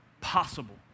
possible